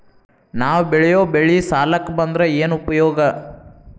ನಾವ್ ಬೆಳೆಯೊ ಬೆಳಿ ಸಾಲಕ ಬಂದ್ರ ಏನ್ ಉಪಯೋಗ?